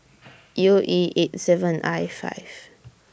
U E eight seven I five